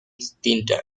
splinter